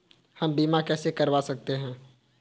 हम बीमा कैसे करवा सकते हैं?